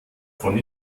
von